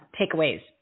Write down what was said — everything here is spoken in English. takeaways